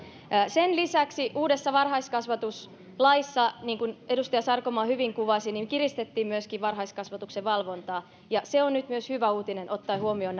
sen lisäksi uudessa varhaiskasvatuslaissa niin kuin edustaja sarkomaa hyvin kuvasi kiristettiin myöskin varhaiskasvatuksen valvontaa ja se on nyt myös hyvä uutinen ottaen huomioon